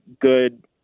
good –